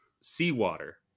Seawater